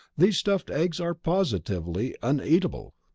these stuffed eggs are positively uneatable!